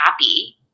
happy